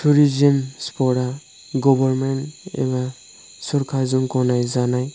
tourism spot आ government एबा सरकारजों गनाय जानाय